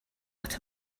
what